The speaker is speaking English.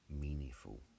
meaningful